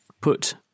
put